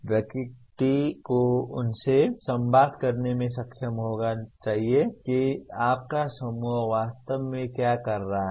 व्यक्ति को उनसे संवाद करने में सक्षम होना चाहिए कि आपका समूह वास्तव में क्या कर रहा है